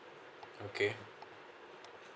okay